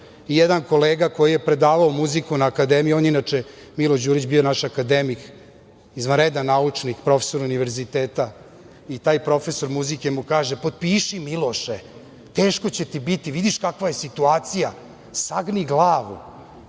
i jedan kolega koji je predavao muziku na akademiji, inače je Miloš Đurić bio naš akademik, izvanredan naučnik profesor univerziteta i taj profesor muzike mu kaže – potpiši Miloše, teško će ti biti, vidiš kakva je situacija, sagni glavu,